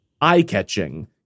eye-catching